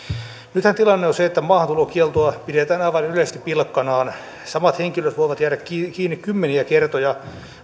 nythän tilanne on se että maahantulokieltoa pidetään aivan yleisesti pilkkanaan samat henkilöt voivat jäädä kiinni kiinni kymmeniä kertoja